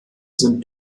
sind